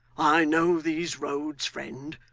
i know these roads, friend.